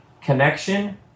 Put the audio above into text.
connection